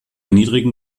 niedrigen